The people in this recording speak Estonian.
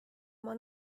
oma